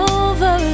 over